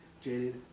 Jaded